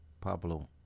Pablo